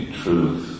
truth